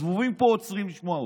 הזבובים פה עוצרים לשמוע אותו.